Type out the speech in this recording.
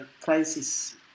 crisis